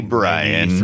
Brian